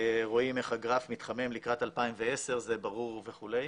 רואים איך הגרף מתחמם לקראת 2010, זה ברור וכו'.